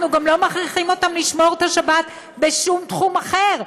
אנחנו גם לא מכריחים אותם לשמור את השבת בשום תחום אחר.